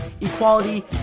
equality